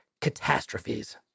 catastrophes